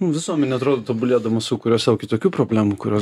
visuomenė atrodo tobulėdama sukuria sau kitokių problemų kurios